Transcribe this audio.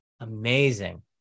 Amazing